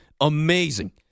amazing